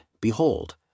Behold